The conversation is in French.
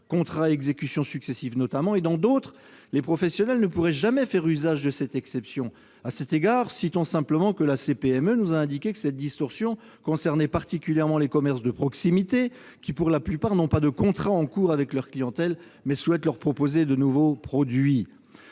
contrats à exécution successive. Dans d'autres, les professionnels ne pourraient jamais faire usage de cette exception. À cet égard, la CPME nous a indiqué que cette distorsion concernait particulièrement les commerces de proximité, qui, pour la plupart, n'ont pas de contrat en cours avec leur clientèle, mais souhaitent leur proposer de nouveaux produits.